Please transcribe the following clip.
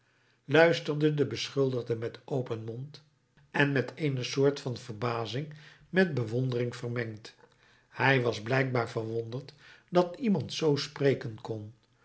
luisterde de beschuldigde met open mond en met eene soort van verbazing met bewondering vermengd hij was blijkbaar verwonderd dat iemand zoo spreken kon